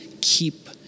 keep